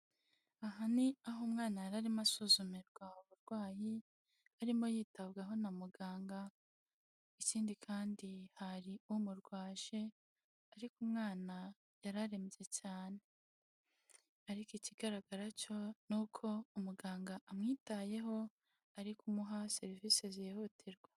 Aha ni aho umwana yari arimo asuzumirwa uburwayi, arimo yitabwaho na muganga. Ikindi kandi hari umurwaje, ariko umwana yararembye cyane. Ariko ikigaragara cyo ni uko umuganga amwitayeho, ari kumuha serivisi zihutirwa.